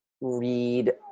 read